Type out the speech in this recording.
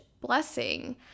blessing